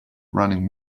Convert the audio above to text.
running